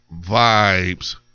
Vibes